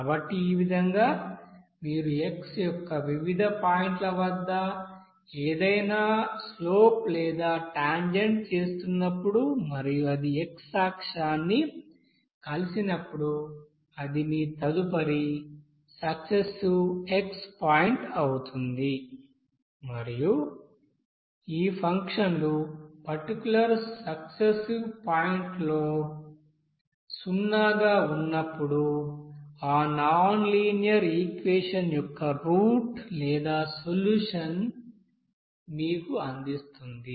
కాబట్టి ఈ విధంగా మీరు x యొక్క వివిధ పాయింట్ల వద్ద ఏదైనా వాలు లేదా టాంజెంట్ చేస్తున్నప్పుడు మరియు అది x అక్షాన్ని కలిసినప్పుడు అది మీ తదుపరి సక్సెసివ్ x పాయింట్ అవుతుంది మరియు ఈ ఫంక్షన్లు పర్టిక్యూలర్ సక్సెసివ్ పాయింట్లలో సున్నాగా ఉన్నప్పుడు ఆ నాన్ లీనియర్ ఈక్వెషన్ యొక్క రూట్ లేదా సొల్యూషన్ ని మీకు అందిస్తుంది